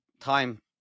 time